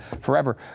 forever